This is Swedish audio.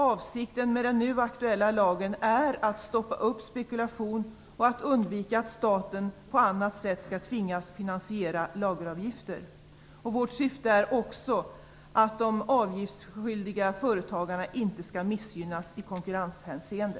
Avsikten med den nu aktuella lagen är att stoppa spekulation och att undvika att staten på annat sätt skall tvingas finansiera lageravgifter. Vårt syfte är också att de avgiftsskyldiga företagarna inte skall missgynnas i konkurrenshänseende.